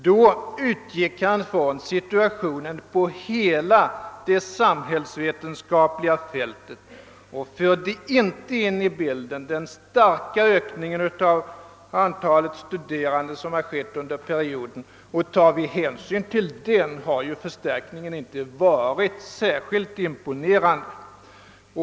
Då utgick han från situationen på hela det samhällsvetenskapliga fältet och förde inte samtidigt in i bilden den starka ökning av antalet studerande som har skett under perioden. Tar vi hänsyn till detta har ju förstärkningen inte varit särskilt imponerande.